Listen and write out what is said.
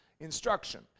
instruction